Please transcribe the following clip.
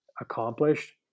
accomplished